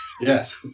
Yes